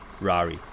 Rari